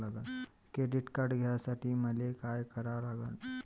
Credit card घ्यासाठी मले का करा लागन?